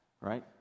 right